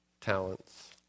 talents